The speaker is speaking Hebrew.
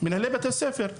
מנהלי בתי הספר,